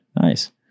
Nice